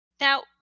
now